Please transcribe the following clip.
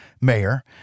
mayor